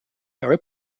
very